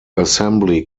assembly